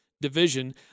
division